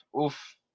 Oof